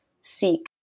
seek